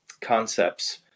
concepts